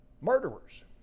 Murderers